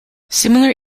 similar